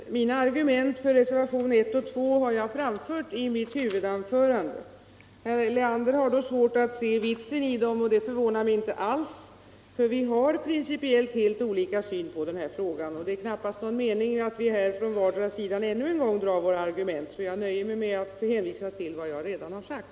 Herr talman! Mina argument för reservationerna 1 och 2 har jag framfört i mitt huvudanförande. Herr Leander har svårt att förstå vitsen med dem. Det förvånar mig inte alls, eftersom vi har principiellt olika synsätt i den här frågan. Det är emellertid knappast någon mening med att vi ännu en gång drar våra argument, utan jag nöjer mig med att hänvisa till vad jag redan har sagt.